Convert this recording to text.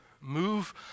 Move